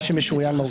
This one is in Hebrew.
מה שמשוריין מהותית,